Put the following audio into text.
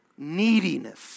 Neediness